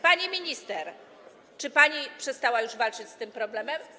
Pani minister, czy pani przestała już walczyć z tym problemem?